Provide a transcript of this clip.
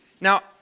Now